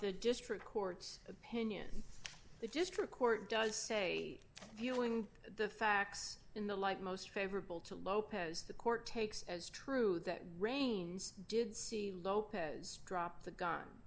the district court's opinion the district court does say viewing the facts in the like most favorable to lopez the court takes as true that rains did see lopez drop the gun